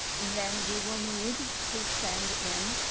then we will need to send in,